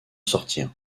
sortir